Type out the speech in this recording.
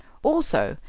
also,